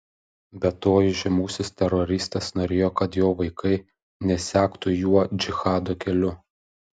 be to įžymusis teroristas norėjo kad jo vaikai nesektų juo džihado keliu